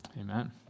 Amen